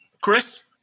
Chris